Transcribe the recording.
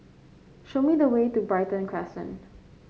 show me the way to Brighton Crescent